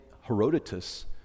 Herodotus